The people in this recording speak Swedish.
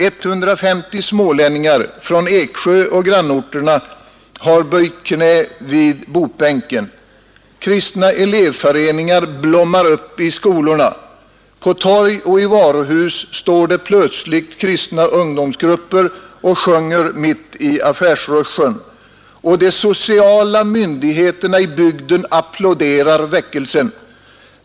150 smålänningar — från Eksjö och grannorterna — har knäböjt vid botbänken. Kristna elevföreningar blommar upp i skolorna. På torg och i varuhus står det plötsligt kristna ungdomsgrupper och sjunger mitt i affärsrushen. Och de sociala myndigheterna i bygden applåderar väckelsen.